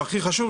והכי חשוב,